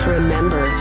Remember